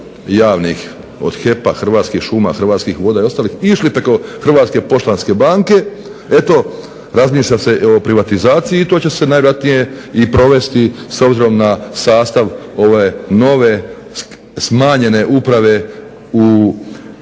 od HEP-a, Hrvatskih šuma, Hrvatskih voda i ostalih išli preko Hrvatske poštanske banke eto razmišlja se o privatizaciji i to će se najvjerojatnije provesti s obzirom na sastav ove nove smanjene uprave u Državnoj